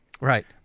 Right